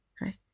Right